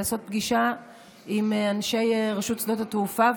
לעשות פגישה עם אנשי רשות שדות התעופה,